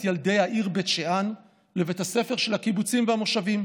ילדי העיר בית שאן לבית הספר של הקיבוצים והמושבים,